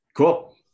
Cool